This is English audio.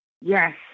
Yes